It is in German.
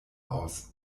aus